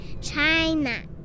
China